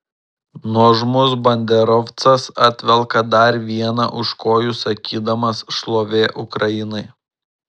nuožmus banderovcas atvelka dar vieną už kojų sakydamas šlovė ukrainai